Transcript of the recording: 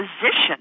physician